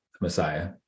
Messiah